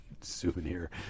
souvenir